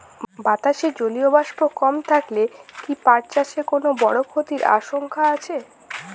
বাতাসে জলীয় বাষ্প কম থাকলে কি পাট চাষে কোনো বড় ক্ষতির আশঙ্কা আছে?